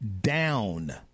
down